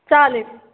चालेल